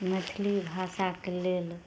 मैथिली भाषाके लेल